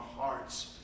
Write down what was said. hearts